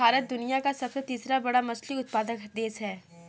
भारत दुनिया का तीसरा सबसे बड़ा मछली उत्पादक देश है